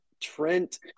Trent